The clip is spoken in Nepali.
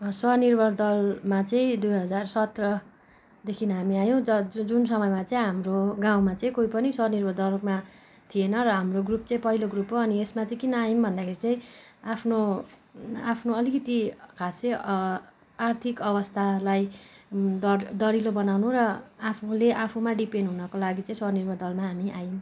स्वनिर्भर दलमा चाहिँ दुई हजार सत्रदेखि हामी आयौँ जुन समयमा चाहिँ हाम्रो गाउँमा चाहिँ कोही पनि स्वनिर्भर दलमा थिएन र हाम्रो ग्रुप चाहिँ पहिलो ग्रुप हो अनि यसमा चाहिँ किन आयौँ भन्दाखेरि चाहिँ आफ्नो आफ्नो अलिकति खासै चै अ आर्थिक अवस्थालाई द दरिलो बनाउनु र आफूले आफूमा डिपेन्ड हुनुको लागि चाहिँ स्वनिर्भर दलमा हामी आयौँ